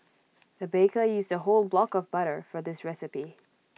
the baker used A whole block of butter for this recipe